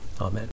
Amen